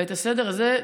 ואת הסדר הזה,